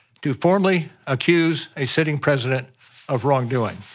to formally accuse a sitting president of wrongdoing.